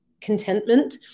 contentment